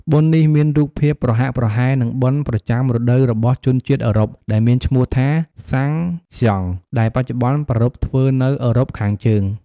បុណ្យនេះមានរូបភាពប្រហាក់ប្រហែល នឹងបុណ្យប្រចាំរដូវរបស់ជនជាតិអឺរ៉ុបដែលមានឈ្មោះថា សាំងហ្សង់ ដែលបច្ចុប្បន្នប្រារព្ធធ្វើនៅអឺរ៉ុបខាងជើង។